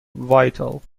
vital